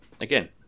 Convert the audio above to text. Again